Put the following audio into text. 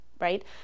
right